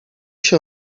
się